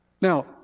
Now